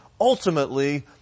ultimately